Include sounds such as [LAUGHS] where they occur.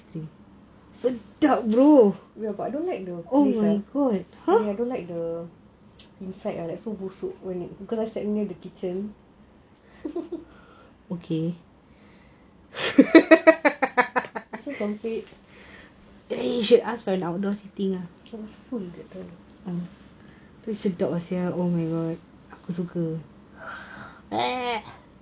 yes but I don't like the place ah I don't like the inside ah so busuk cause I sat near the kitchen [LAUGHS] so sempit